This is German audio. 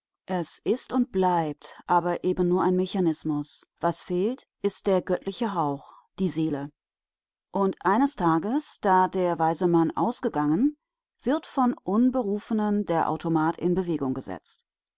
es ist und bleibt aber eben nur ein mechanismus was fehlt ist der göttliche hauch die seele und eines tages da der weise mann ausgegangen wird von unberufenen der automat in bewegung gesetzt